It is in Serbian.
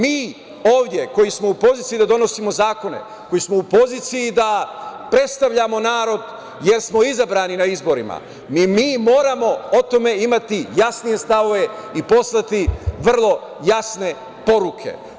Mi ovde koji smo u poziciji da donosimo zakone, koji smo u poziciji da predstavljamo narod jesmo izabrani na izborima, mi moramo o tome imati jasnije stavove i poslati vrlo jasne poruke.